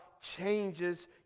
changes